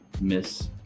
Miss